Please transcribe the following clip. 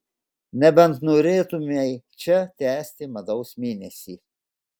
nebent norėtumei čia tęsti medaus mėnesį